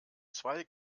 zwei